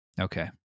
okay